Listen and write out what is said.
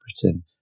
Britain